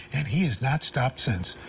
and he's not stopped since.